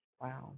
Wow